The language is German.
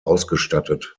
ausgestattet